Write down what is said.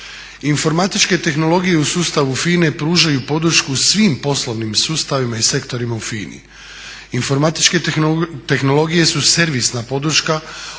Informatičke tehnologije u sustavu FINA-e pružaju podršku svim poslovnim sustavima i sektorima u FINA-i. Informatičke tehnologije su servisna podrška